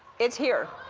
it's here.